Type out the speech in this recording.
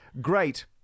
Great